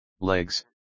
legs